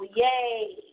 yay